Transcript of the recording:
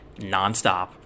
nonstop